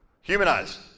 Humanize